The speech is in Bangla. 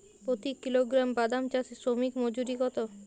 প্রতি কিলোগ্রাম বাদাম চাষে শ্রমিক মজুরি কত?